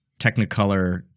Technicolor